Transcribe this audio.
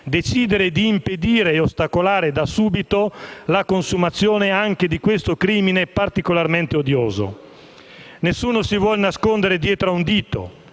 decidere di impedire e ostacolare da subito la consumazione anche di questo crimine particolarmente odioso. Nessuno si vuol nascondere dietro a un dito